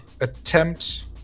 attempt